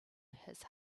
his